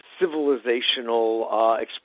civilizational